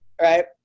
right